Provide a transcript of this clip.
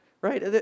right